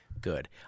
Good